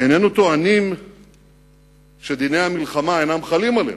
איננו טוענים שדיני המלחמה אינם חלים עליהם.